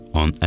on